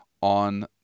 on